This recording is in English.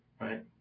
right